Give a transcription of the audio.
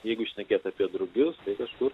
jeigu šnekėt apie drugius tai kažkur